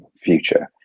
future